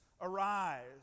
arise